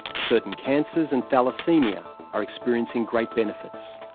certain cancers and thalassemia are experiencing great benefits.